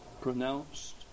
pronounced